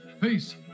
Peace